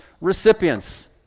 recipients